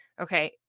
Okay